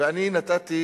ואני נתתי